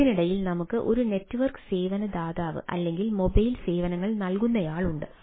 ഇതിനിടയിൽ നമുക്ക് ഈ നെറ്റ്വർക്ക് സേവന ദാതാവ് അല്ലെങ്കിൽ മൊബൈൽ സേവനങ്ങൾ നൽകുന്നയാൾ ഉണ്ട്